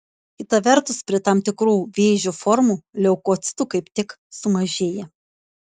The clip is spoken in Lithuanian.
kita vertus prie tam tikrų vėžio formų leukocitų kaip tik sumažėja